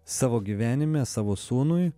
savo gyvenime savo sūnui